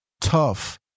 tough